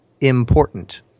important